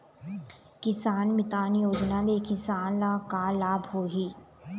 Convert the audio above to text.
किसान मितान योजना ले किसान ल का लाभ होही?